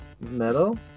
metal